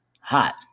hot